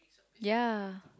ya